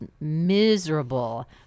miserable